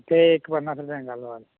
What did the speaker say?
तें एक पन्नास रुपया घाल वाल